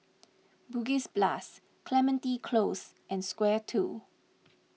Bugis Plus Clementi Close and Square two